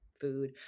food